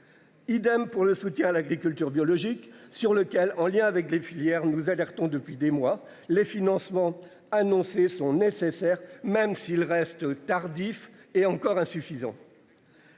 Idem pour le soutien à l'agriculture biologique sur lequel en lien avec les filières nous alertons depuis des mois les financements annoncés sont nécessaires. Même s'il reste tardif est encore insuffisant.